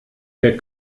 der